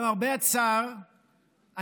למרבה הצער,